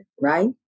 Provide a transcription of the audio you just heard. right